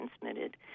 transmitted